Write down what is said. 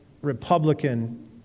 Republican